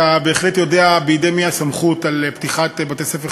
אתה בהחלט יודע בידי מי הסמכות לפתוח בתי-ספר חדשים.